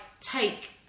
take